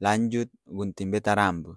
lanjut gunting beta rambu,